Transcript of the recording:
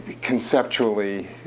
Conceptually